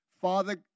Father